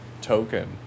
token